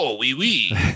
Wee-wee